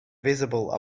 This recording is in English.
visible